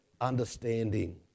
understanding